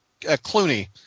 Clooney